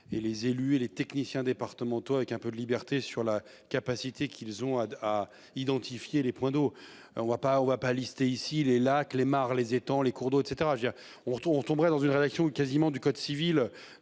et les élus et les techniciens départ. Manteau avec un peu de liberté sur la capacité qu'ils ont à à identifier les points d'eau, on va pas on va pas lister ici les lacs, les mares les étangs, les cours d'eau et je veux dire, on retrouve on tomberait dans une rédaction quasiment du code civil,